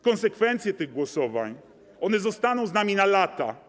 Konsekwencje tych głosowań zostaną z nami na lata.